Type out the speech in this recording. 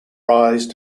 rise